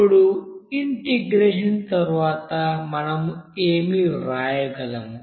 ఇప్పుడు ఇంటిగ్రేషన్ తరువాత మనం ఏమి వ్రాయగలం